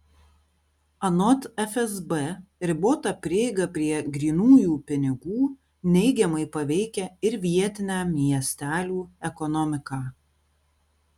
anot fsb ribota prieiga prie grynųjų pinigų neigiamai paveikia ir vietinę miestelių ekonomiką